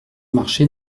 marché